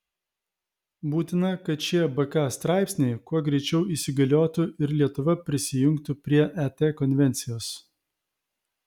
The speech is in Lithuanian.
būtina kad šie bk straipsniai kuo greičiau įsigaliotų ir lietuva prisijungtų prie et konvencijos